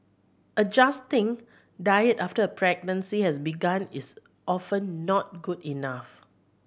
adjusting diet after a pregnancy has begun is often not good enough